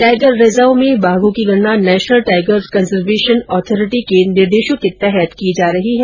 tiger reserve में बाघों की गणना नेशनल टाइगर कंजर्वेशन ऑथोरिटी के निर्देशों के तहत की जा रही है